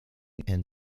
and